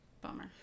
Bummer